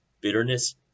bitterness